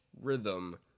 rhythm